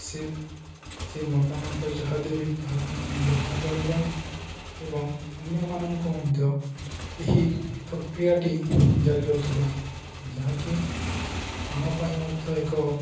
ସେ ସେ ମତାମତ ଯାହା ଦେବେ ତାହାକୁ ଆମେ ଗ୍ରହଣ କରିବା ଏବଂ ଅନ୍ୟମାନଙ୍କୁ ମଧ୍ୟ ଏହି ପ୍ରକ୍ରିୟାଟି ଜାରି ରଖିବା ଯାହାକି ଆମ ପାଇଁ ମଧ୍ୟ ଏକ